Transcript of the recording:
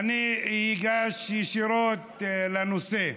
אגש ישירות לנושא.